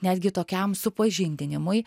netgi tokiam supažindinimui